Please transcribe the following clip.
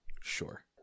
sure